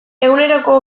eguneroko